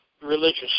religious